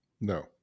No